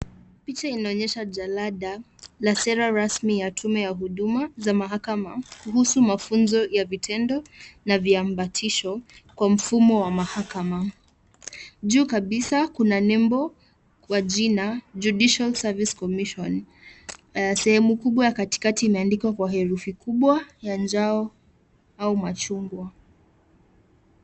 Picha lina onyesh Jalada la sera rasmi ya tume ya huduma za mahakama kuhusu mafunzo ya vitendo na viambatanisho kwa mfumo wa mahakama. Juu kabisa kuna nembo kwa jina Judicial Service Commission. Sehemu kubwa katikati imeandikwa kwa herufi kubwa ya njano au machungwa.